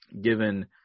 given